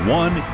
one